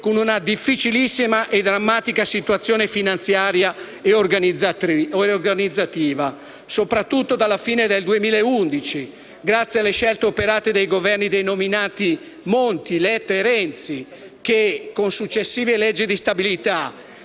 con una difficilissima e drammatica situazione finanziaria e organizzativa. Soprattutto dalla fine del 2011, grazie alle scelte operate dai Governi dei nominati Monti, Letta e Renzi con successive leggi di stabilità,